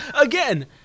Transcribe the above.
again